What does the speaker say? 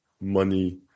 money